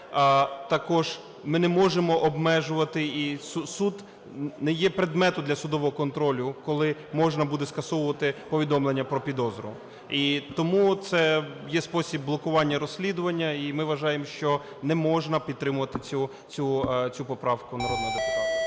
також, ми не можемо обмежувати, і суд… не є предмету для судового контролю, коли можна буде скасовувати повідомлення про підозру. І тому це є спосіб блокування розслідування. І ми вважаємо, що не можна підтримувати цю поправку народного депутата.